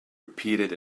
repeated